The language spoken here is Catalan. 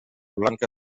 blanca